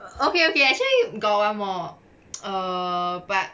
okay okay actually got one more err but